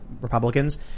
Republicans